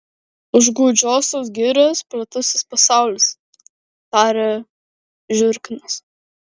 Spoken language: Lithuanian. už gūdžiosios girios platusis pasaulis tarė žiurkinas